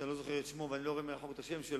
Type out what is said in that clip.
שאני לא זוכר את שמו ואינני רואה מרחוק את שמו,